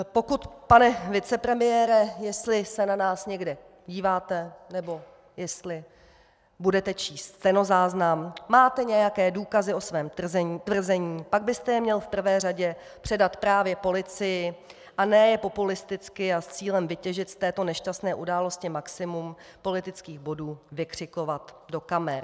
Pokud, pane vicepremiére, jestli se na nás někde díváte nebo jestli budete číst stenozáznam, máte nějaké důkazy o svém tvrzení, pak byste je měl v prvé řadě předat právě policii, a ne je populisticky a s cílem vytěžit z této nešťastné události maximum politických bodů vykřikovat do kamer.